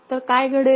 तर काय घडेल